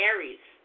Aries